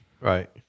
Right